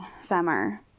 summer